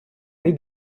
need